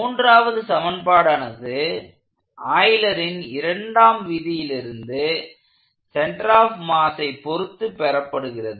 மூன்றாவது சமன்பாடானது ஆய்லரின் Euler's இரண்டாம் விதியில் இருந்து சென்டர் ஆஃப் மாஸை பொருத்து பெறப்படுகிறது